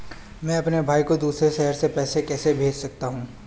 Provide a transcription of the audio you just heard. मैं अपने भाई को दूसरे शहर से पैसे कैसे भेज सकता हूँ?